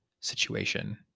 situation